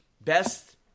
best